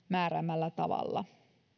määräämällä tavalla